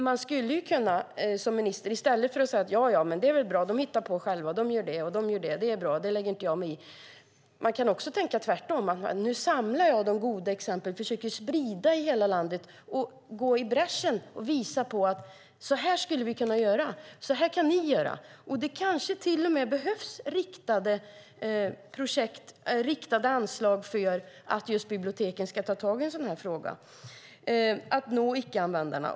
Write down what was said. I stället för att som minister säga att allt är bra, att människor hittar på saker själva och att man inte lägger sig i det kan man tänka tvärtom och säga att man samlar de goda exemplen, försöker sprida dem i hela landet, går i bräschen och visar hur man skulle kunna göra. Det kanske till och med behövs riktade anslag för att just biblioteken ska ta tag i en sådan fråga och nå icke-användarna.